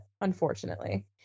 unfortunately